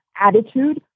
attitude